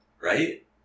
Right